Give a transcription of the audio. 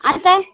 अन्त